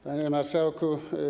Panie Marszałku!